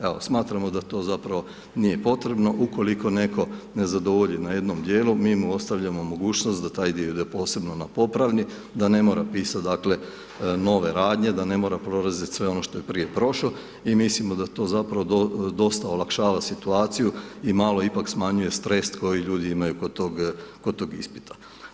Evo, smatramo da to zapravo nije potrebno ukoliko netko ne zadovolji na jednom dijelu, mi mu ostavljamo mogućnost da taj dio ide posebno na popravni, da ne mora pisati, dakle, nove radnje, da ne mora prolaziti sve ono što je prije prošao i mislimo da to, zapravo, dosta olakšava situaciju i malo ipak smanjuje stres koji ljudi imaju kod tog ispita.